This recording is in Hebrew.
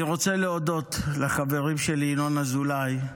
אני רוצה להודות לחברים שלי, ינון אזולאי,